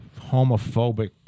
homophobic